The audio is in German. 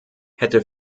hätte